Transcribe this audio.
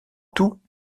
tout